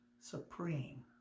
supreme